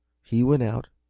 he went out,